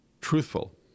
truthful